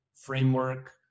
framework